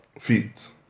feet